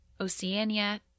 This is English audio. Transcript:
Oceania